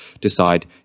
decide